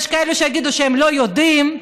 יש כאלו שיגידו שהם לא יודעים,